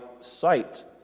sight